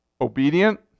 Obedient